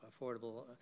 affordable